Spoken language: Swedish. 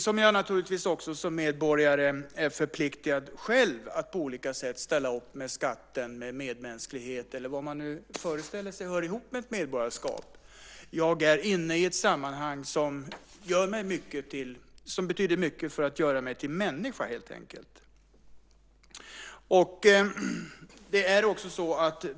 Jag är naturligtvis som medborgare själv förpliktad att på olika sätt ställa upp med skatt, medmänsklighet eller vad man nu föreställer sig hör ihop med ett medborgarskap. Jag är med i ett sammanhang som betyder mycket för att göra mig till människa helt enkelt.